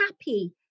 happy